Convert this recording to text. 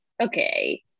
okay